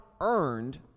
earned